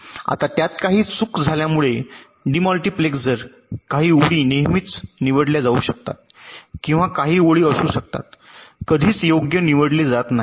आता त्यात काही चूक झाल्यामुळे डिमॉल्टीप्लेसर काही ओळी नेहमीच निवडल्या जाऊ शकतात किंवा काही ओळी असू शकतात कधीच योग्य निवडले जात नाही